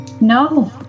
No